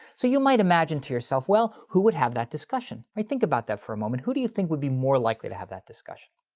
so you might imagine to yourself, well, who would have that discussion? all right. think about that for a moment. who do you think would be more likely to have that discussion?